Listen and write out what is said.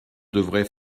devrait